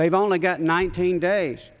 they've only got nineteen days